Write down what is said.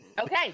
Okay